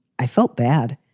i felt bad,